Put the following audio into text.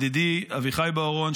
ידידי אביחי בוארון,